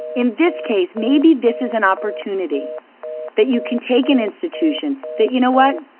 in this case, maybe this is an opportunity that you can take an institution, that you know what,